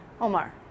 Omar